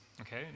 okay